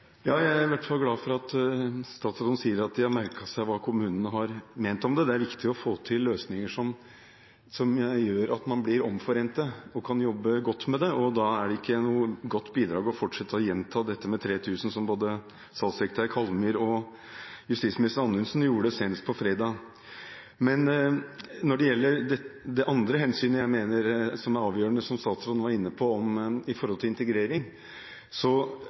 Jeg er i hvert fall glad for at statsråden sier at de har merket seg hva kommunene har ment om det. Det er viktig å få til løsninger som gjør at man blir omforente, og kan jobbe godt med det. Da er det ikke noe godt bidrag å fortsette å gjenta dette med 3 000, som både statssekretær Kallmyr og justisminister Anundsen gjorde senest på fredag. Når det gjelder det andre hensynet jeg mener er avgjørende, som statsråden var inne på om integrering: For eksempel i